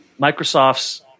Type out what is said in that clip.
Microsoft's